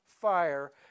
fire